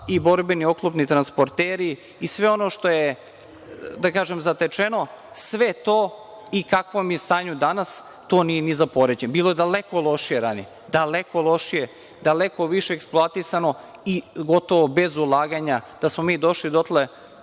i borbeni oklopni transporteri i sve ono što je, da kažem, zatečeno, sve to i u kakvom je stanju danas, to nije ni za poređenje. Bilo je daleko lošije ranije, daleko lošije, daleko više eksploatisano i gotovo bez ulaganja, da smo mi došli dotle